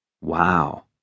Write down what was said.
Wow